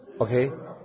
Okay